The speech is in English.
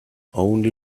only